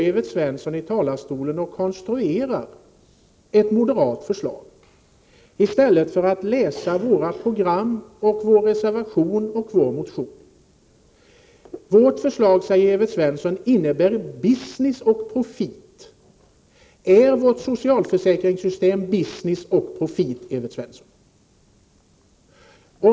Evert Svensson står i talarstolen och konstruerar ett moderat förslag i stället för att läsa våra program, vår reservation och vår motion. Vårt förslag, säger Evert Svensson, innebär business och profit. Är vårt socialförsäkringssystem business och profit, Evert Svensson?